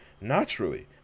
naturally